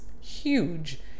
huge